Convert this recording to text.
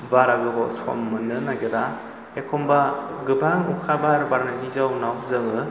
बारा गोबाव सम मोननो नागिरा एखनबा गोबां अखा बार बारनायनि जाहोनाव जोङो